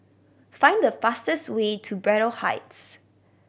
find the fastest way to Braddell Heights